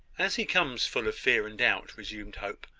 as he comes full of fear and doubt, resumed hope,